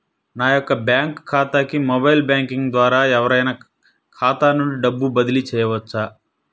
నా యొక్క బ్యాంక్ ఖాతాకి మొబైల్ బ్యాంకింగ్ ద్వారా ఎవరైనా ఖాతా నుండి డబ్బు బదిలీ చేయవచ్చా?